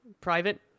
private